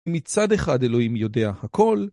מצד אחד אלוהים יודע הכל